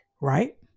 right